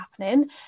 happening